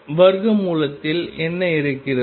வர்க்க மூலத்தில் என்ன இருக்கிறது